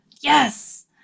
yes